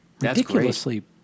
ridiculously